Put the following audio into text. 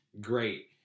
Great